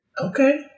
Okay